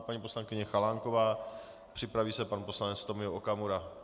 Paní poslankyně Chalánková, připraví se pan poslanec Tomio Okamura.